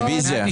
רוויזיה.